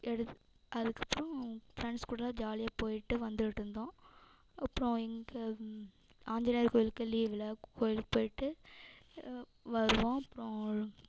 எடு அதுக்கப்றம் ஃப்ரெண்ட்ஸ் கூடலாம் ஜாலியாக போயிட்டு வந்துட்டுருந்தோம் அப்றம் இங்கே ஆஞ்சிநேயர் கோவிலுக்கு லீவில் கோவிலுக்கு போயிட்டு வருவோம் அப்றம்